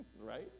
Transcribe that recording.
right